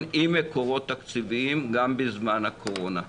עם מקורות תקציביים גם בזמן הקורונה.